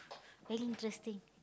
very interesting